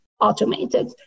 automated